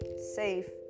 safe